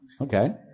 Okay